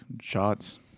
shots